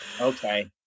Okay